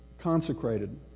Consecrated